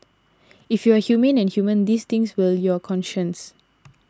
if you are humane and human these things will your conscience